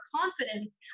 confidence